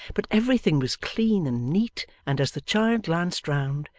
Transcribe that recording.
but everything was clean and neat, and as the child glanced round,